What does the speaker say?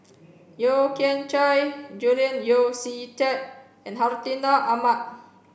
Yeo Kian Chye Julian Yeo See Teck and Hartinah Ahmad